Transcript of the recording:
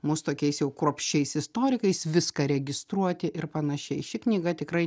mus tokiais jau kruopščiais istorikais viską registruoti ir panašiai ši knyga tikrai